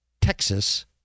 Texas